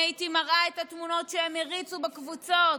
אני הייתי מראה את התמונות שהם הריצו בקבוצות,